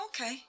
Okay